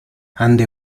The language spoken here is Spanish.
ande